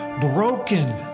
broken